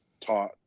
taught